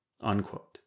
Unquote